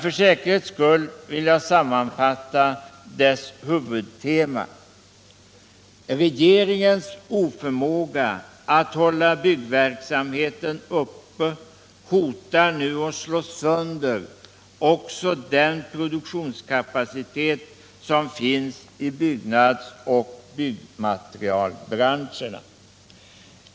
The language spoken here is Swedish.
För säkerhets skull vill jag sammanfatta dess huvudtema: Regeringens oförmåga att hålla byggverksamheten uppe hotar nu att slå sönder också den produktionskapacitet som finns i byggnadsoch byggnadsmaterialbranscherna.